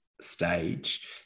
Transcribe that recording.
stage